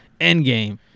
Endgame